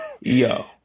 Yo